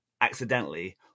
accidentally